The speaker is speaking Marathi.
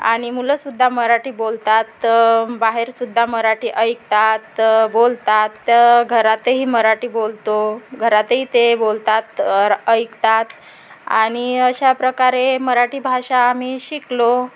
आणि मुलं सुद्धा मराठी बोलतात बाहेर सुद्धा मराठी ऐकतात बोलतात घरातही मराठी बोलतो घरातही ते बोलतात ऐकतात आणि अशा प्रकारे मराठी भाषा आम्ही शिकलो